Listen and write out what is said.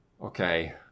Okay